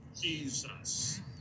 Jesus